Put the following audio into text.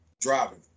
driving